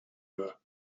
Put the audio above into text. her